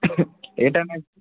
ఏ time అయిత